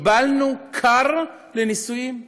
קיבלנו כר לניסויים,